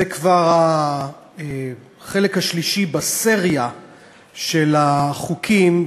זה כבר החלק השלישי בסריה של החוקים,